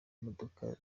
imodoka